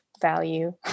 value